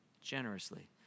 generously